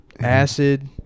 acid